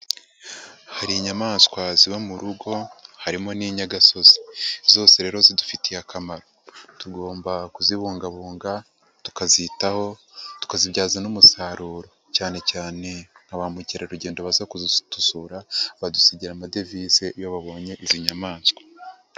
Hari inyamaswa ziba mu rugo, harimo n'inyagasozi. Zose rero zidufitiye akamaro. Tugomba kuzibungabunga, tukazitaho, tukazibyaza n'umusaruro cyane cyane nka ba mukerarugendo baza kudusura, badusigira amadovize iyo babonye izi nyamaswa.